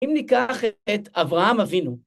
אם ניקח את אברהם אבינו...